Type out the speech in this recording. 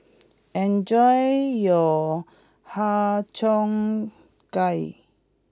enjoy your Har Cheong Gai